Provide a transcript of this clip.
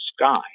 sky